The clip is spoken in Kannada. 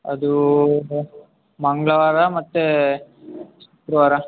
ಅದು ಮಂಗಳವಾರ ಮತ್ತು ಶುಕ್ರವಾರ